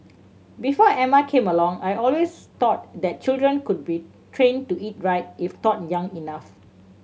before Emma came along I always thought that children could be trained to eat right if taught young enough